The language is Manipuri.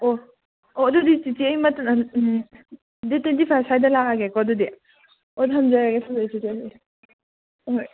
ꯑꯣ ꯑꯣ ꯑꯗꯨꯗꯤ ꯆꯤꯆꯦ ꯗꯦꯠ ꯇ꯭ꯋꯦꯟꯇꯤ ꯐꯥꯏꯚ ꯁ꯭ꯋꯥꯏꯗ ꯂꯥꯛꯑꯒꯦꯀꯣ ꯑꯗꯨꯗꯤ ꯑꯣ ꯊꯝꯖꯔꯒꯦ ꯊꯝꯖꯔꯒꯦ ꯆꯤꯆꯦ ꯑꯗꯨꯗꯤ ꯑꯍꯣꯏ